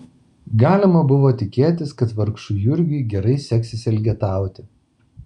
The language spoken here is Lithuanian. galima buvo tikėtis kad vargšui jurgiui gerai seksis elgetauti